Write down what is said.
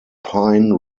pine